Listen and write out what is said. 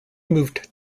moved